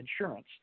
Insurance